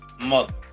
mother